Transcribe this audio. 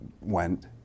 went